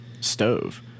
stove